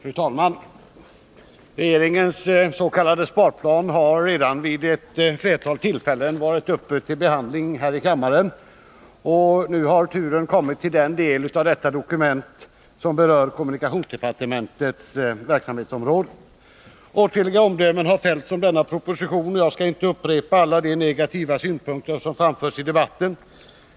Fru talman! Regeringens s.k. sparplan har redan vid ett flertal tillfällen varit uppe till behandling i kammaren, och nu har turen kommit till den del av detta dokument som berör kommunikationsdepartementets verksamhetsområde. Åtskilliga omdömen har fällts om denna proposition, och jag skall inte upprepa alla de negativa synpunkter som framförts i debatten.